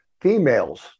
females